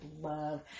love